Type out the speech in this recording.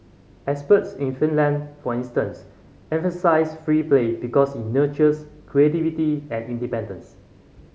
experts in Finland for instance emphasise free play because it nurtures creativity and independence